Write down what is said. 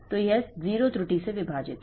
तो यह 0 त्रुटि से विभाजित है